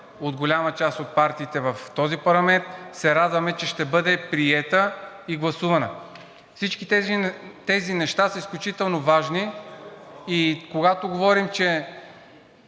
от голяма част от партиите в този парламент, се радваме, че ще бъде приета и гласувана. Всички тези неща са изключително важни и когато говорим, че